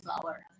flower